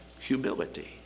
Humility